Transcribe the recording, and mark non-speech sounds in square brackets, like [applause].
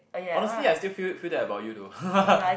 honestly I still feel feel that about you though [laughs]